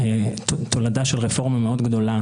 תולדה של רפורמה מאוד גדולה